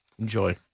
Enjoy